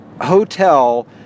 hotel